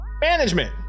Management